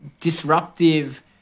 disruptive